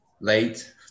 late